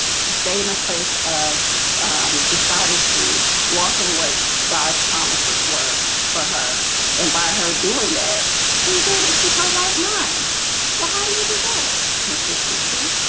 she stayed in a place of deciding to walk in what god's promises were for her and by her doing that she was able to keep her right mind well, how do you do that? consistency